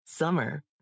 Summer